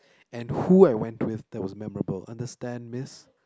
and who I went with that was memorable understand miss